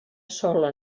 sola